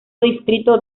distrito